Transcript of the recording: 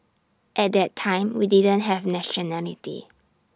at that time we didn't have nationality